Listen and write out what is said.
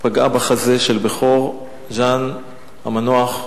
פגעה בחזה של בכור ג'אן המנוח,